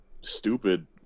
stupid